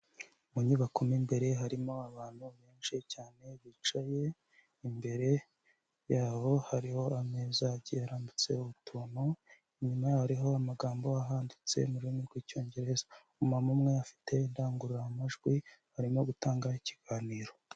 Mu nyubako mo imbere harimo abantu benshi cyane bicaye, imbere yabo hariho ameza agiye arambitseho utuntu, inyuma yaho hariho amagambo ahanditse mu rurimi rw'Icyongereza, umumama umwe afite indangururamajwi arimo gutanga ikiganiro.